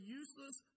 useless